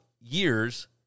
years